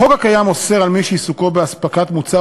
החוק הקיים אוסר על מי שעיסוקו באספקת מוצר